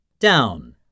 Down